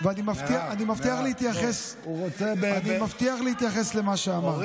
ואני מבטיח להתייחס למה שאמרת.